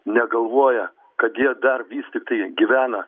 negalvoja kad jie dar vis tiktai gyvena